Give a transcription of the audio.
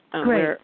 great